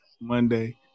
Monday